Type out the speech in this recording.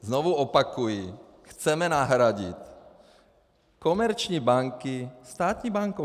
Znovu opakuji chceme nahradit komerční banky státní bankou.